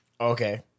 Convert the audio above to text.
Okay